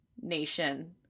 nation